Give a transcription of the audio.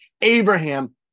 Abraham